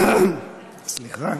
סליחה,